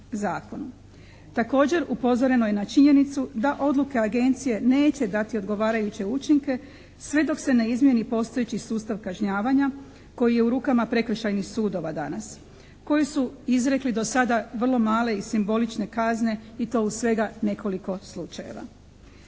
Također upozoreno je na činjenicu da odluke agencije neće dati odgovarajuće učinke sve dok se ne izmijeni postojeći sustav kažnjavanja koji je u rukama prekršajnih sudova danas, koji su izrekli do sada vrlo male i simbolične kazne i to u svega nekoliko slučajeva.